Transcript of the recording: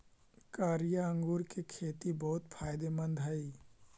कारिया अंगूर के खेती बहुत फायदेमंद हई